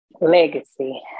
Legacy